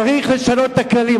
צריך לשנות את הכללים,